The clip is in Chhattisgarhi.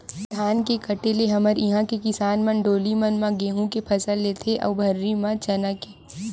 धान के कटे ले हमर इहाँ के किसान मन डोली मन म गहूँ के फसल लेथे अउ भर्री म चना के